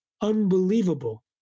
unbelievable